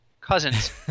Cousins